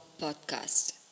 Podcast